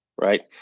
Right